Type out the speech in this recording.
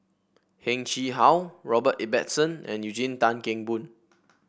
Heng Chee How Robert Ibbetson and Eugene Tan Kheng Boon